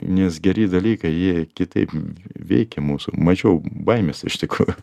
nes geri dalykai jie kitaip veikia mūsų mažiau baimės iš tikrųjų